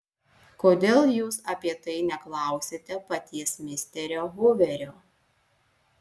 kodėl jūs apie tai neklausiate paties misterio huverio